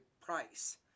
Price